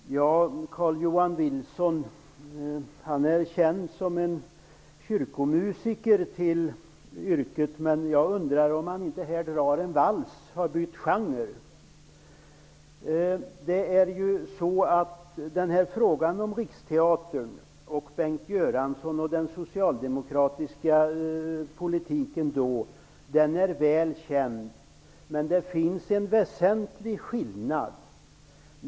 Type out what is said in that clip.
Herr talman! Carl-Johan Wilson är känd såsom kyrkomusiker till yrket, men jag undrar om han inte har bytt genre och här drar en vals. Frågan om Riksteatern, Bengt Göransson och den socialdemokratiska politiken på den tiden är väl känd, men det finns en väsentlig skillnad.